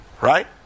right